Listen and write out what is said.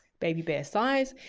baby bear size.